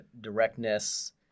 directness